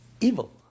evil